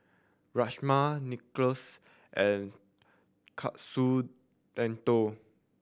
Rajma Nachos and Katsu Tendon